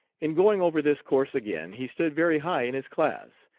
in going over this course again he stood very high in his class,